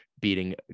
beating